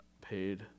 paid